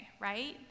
right